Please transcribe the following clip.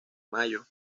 mayo